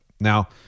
Now